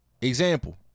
Example